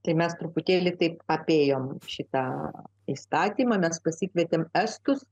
tai mes truputėlį taip apėjom šitą įstatymą mes pasikvietėm estus